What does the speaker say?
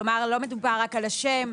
כלומר לא מדובר רק על השם.